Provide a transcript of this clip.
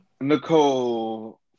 Nicole